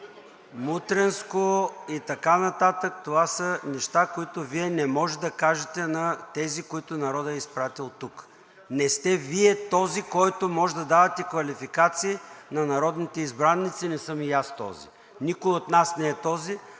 Мутренско и така нататък. Това са неща, които Вие не можете да кажете на тези, които народът е изпратил тук. Не сте Вие този, който може да давате квалификации на народните избраници, не съм и аз този. (Реплика от